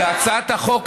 להצעת החוק הזאת,